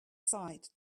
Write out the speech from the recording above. aside